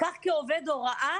כך כעובד הוראה,